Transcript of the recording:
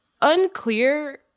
unclear